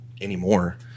anymore